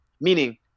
meaning